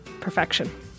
perfection